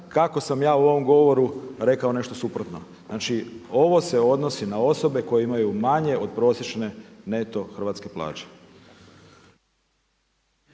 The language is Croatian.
kako sam ja u ovom govoru rekao nešto suprotno. Znači, ovo se odnosi na osobe koje imaju manje od prosječne neto hrvatske plaće.